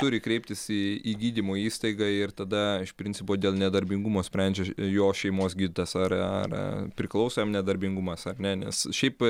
turi kreiptis į į gydymo įstaigą ir tada iš principo dėl nedarbingumo sprendžia jo šeimos gydytojas ar ar priklauso jam nedarbingumas ar ne nes šiaip